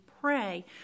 pray